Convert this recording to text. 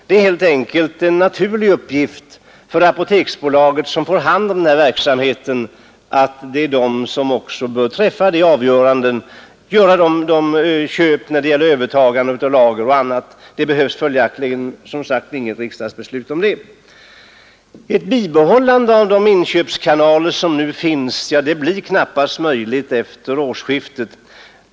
Det är helt enkelt en naturlig uppgift för Apoteksbolaget som får hand om denna verksamhet att träffa avgörandet beträffande övertagande och köp av ifrågavarande varulager. Ett bibehållande av de inköpskanaler som nu finns blir knappast möjligt efter årsskiftet.